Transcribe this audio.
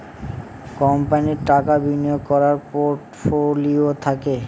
কোম্পানির টাকা বিনিয়োগ করার পোর্টফোলিও থাকে